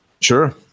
Sure